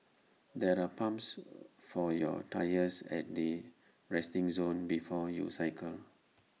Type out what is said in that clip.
there are pumps for your tyres at the resting zone before you cycle